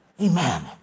Amen